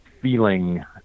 feeling